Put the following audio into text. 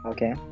Okay